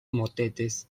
motetes